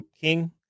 king